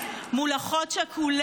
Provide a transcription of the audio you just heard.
יש פה כספי ציבור,